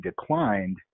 declined